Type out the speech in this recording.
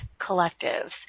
collectives